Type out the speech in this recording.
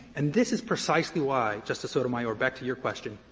and this is precisely why, justice sotomayor, back to your question,